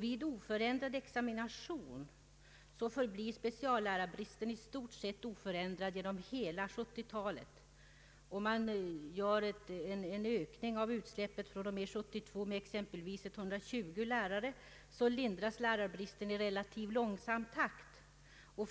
Vid oförändrad examination förblir speciallärarbristen i stort sett oförändrad genom hela 1970-talet. Om man gör en ökning av utsläppet från och med år 1972 med exempelvis 120 lärare, lindras lärarbristen i relativt långsam takt.